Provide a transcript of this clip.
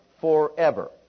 forever